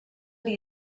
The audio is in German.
die